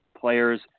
players